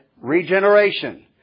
regeneration